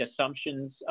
assumptions